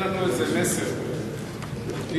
איזה מסר אופטימי.